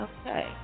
okay